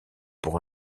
pour